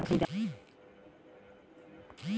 फसल खातीन सबसे अच्छा उर्वरक का होखेला?